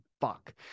Fuck